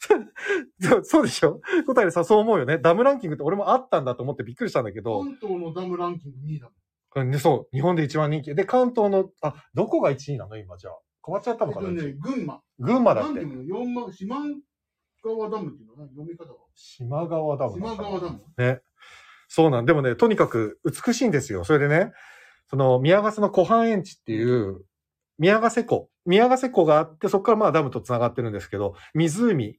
そうでしょ？答えでさ、そう思うよね。ダムランキングって俺もあったんだと思ってびっくりしたんだけど。関東のダムランキング二位だもん。ね、そう。日本で一番人気。で、関東の、あ、どこが一位なの？今じゃあ。変わっちゃったのかな、えっとね、一位。群馬。群馬だって。なんでもね、四万- 四万川ダムっていうのかな、読み方は。四万川ダムだったの。四万川ダム。ね。そうなん。でもね、とにかく美しいんですよ。それでね、その宮ヶ瀬の湖畔園地っていう、宮ヶ瀬湖。宮ヶ瀬湖があって、そっからまあダムと繋がってるんですけど、湖